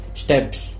steps